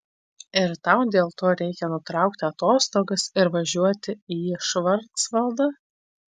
ir tau dėl to reikia nutraukti atostogas ir važiuoti į švarcvaldą